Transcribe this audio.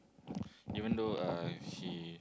even though uh he